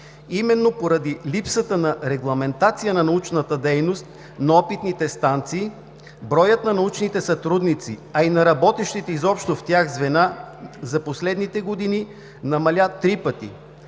Именно поради липсата на регламентация на научната дейност на опитните станции броят на научните сътрудници, а и на работещите изобщо в тях звена за последните години намаля три пъти.